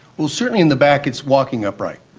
well, certainly in the back it's walking upright.